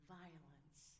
violence